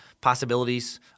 possibilities